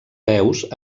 peus